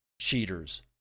cheaters